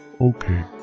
Okay